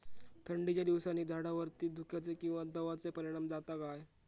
थंडीच्या दिवसानी झाडावरती धुक्याचे किंवा दवाचो परिणाम जाता काय?